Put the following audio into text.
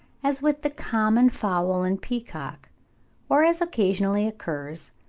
as with the common fowl and peacock or, as occasionally occurs,